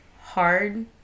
hard